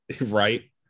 right